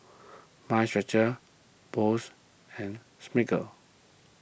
Mind Stretcher Boost and Smiggle